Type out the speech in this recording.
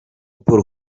paul